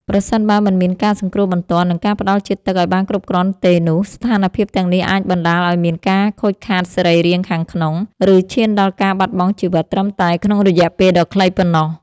ប្រសិនបើមិនមានការសង្គ្រោះបន្ទាន់ និងការផ្ដល់ជាតិទឹកឱ្យបានគ្រប់គ្រាន់ទេនោះ ស្ថានភាពទាំងនេះអាចបណ្ដាលឱ្យមានការខូចខាតសរីរាង្គខាងក្នុង ឬឈានដល់ការបាត់បង់ជីវិតត្រឹមតែក្នុងរយៈពេលដ៏ខ្លីប៉ុណ្ណោះ។